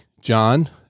john